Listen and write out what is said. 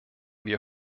wir